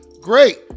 great